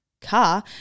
car